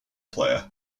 player